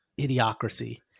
idiocracy